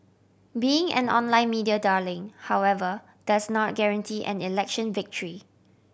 being an online media darling however does not guarantee an election victory